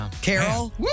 Carol